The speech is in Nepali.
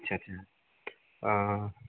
अच्छा अच्छा